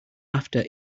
after